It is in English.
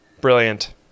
Brilliant